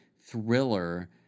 thriller